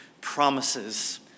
promises